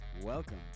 Welcome